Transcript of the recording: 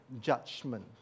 judgment